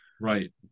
Right